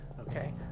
okay